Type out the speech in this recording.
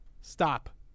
Stop